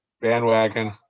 bandwagon